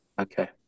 Okay